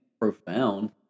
profound